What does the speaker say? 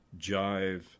jive